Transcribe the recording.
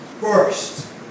first